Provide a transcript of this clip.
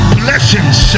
blessings